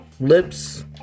Lips